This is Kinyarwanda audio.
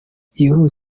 gusiba